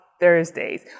Thursdays